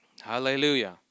Hallelujah